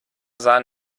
sahen